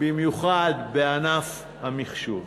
במיוחד בענף המחשוב,